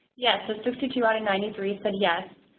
yes ah sixty two out of ninety three said yes,